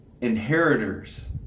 inheritors